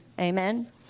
Amen